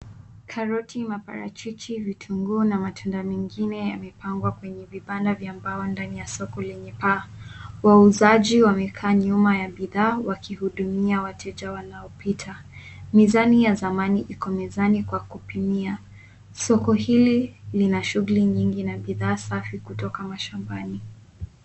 Karoti, maparachichi, vitunguu na matunda mengine yamepangwa kwenye vibanda vya mbao ndani ya soko lenye paa. Wauzaji wamekaa nyuma ya bidhaa wakihudumia wateja wanaopita. Mizani ya zamani iko mezani kwa kupimia. Soko hili lina shughuli nyingi na bidhaa safi kutoka mashambani.